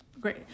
Great